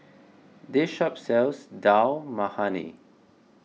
this shop sells Dal Makhani